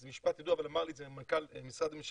זה משפט ידוע, אבל אמר לי את זה מנכ"ל משרד ממשלתי